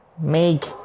make